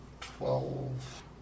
twelve